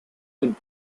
ein